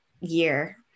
year